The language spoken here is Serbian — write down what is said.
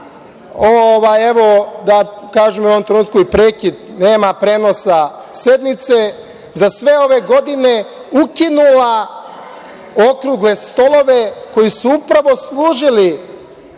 nema, da kažem u ovom trenutku je i prekid, nema prenosa sednice, za sve ove godine, ukinula okrugle stolove koji su upravo služili